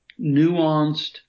nuanced